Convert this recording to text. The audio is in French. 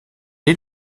est